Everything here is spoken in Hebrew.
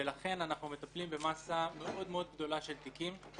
ולכן אנחנו מטפלים במאסה גדולה מאוד של תיקים.